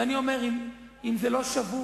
ואני אומר: אם זה לא שבור,